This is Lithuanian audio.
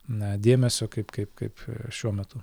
na dėmesio kaip kaip kaip šiuo metu